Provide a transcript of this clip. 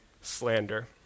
slander